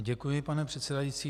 Děkuji, pane předsedající.